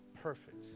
perfect